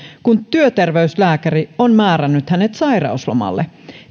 kun työterveyslääkäri on määrännyt hänet sairauslomalle